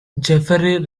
jeffery